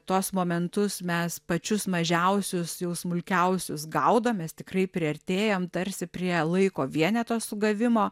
tuos momentus mes pačius mažiausius jau smulkiausius gaudom mes tikrai priartėjam tarsi prie laiko vieneto sugavimo